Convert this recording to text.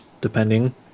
depending